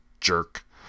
jerk